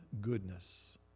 goodness